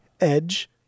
edge